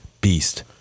beast